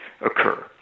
occur